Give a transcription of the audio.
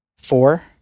four